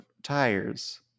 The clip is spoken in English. tires